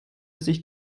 sich